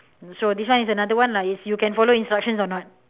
so this one is another one lah if you can follow instructions or not